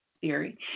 theory